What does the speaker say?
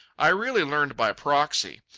i really learned by proxy.